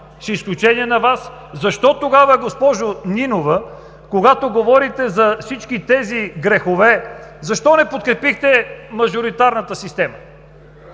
с изключение на Вас. Защо тогава, госпожо Нинова, когато говорите за всички тези грехове, защо не подкрепихте мажоритарната система?